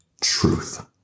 truth